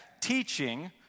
teaching